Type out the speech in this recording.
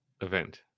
event